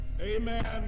Amen